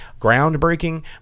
groundbreaking